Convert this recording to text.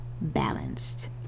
balanced